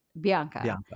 bianca